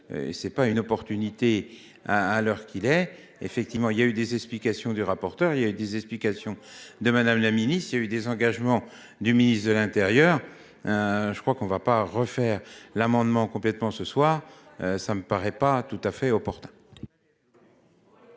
C'est pas une opportunité à, à l'heure qu'il est effectivement il y a eu des explications du rapporteur il y a eu des explications de Madame la ministre il y a eu des engagements du ministre de l'Intérieur. Je crois qu'on ne va pas refaire l'amendement complètement ce soir. Ça me paraît pas tout à fait opportun.